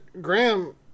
Graham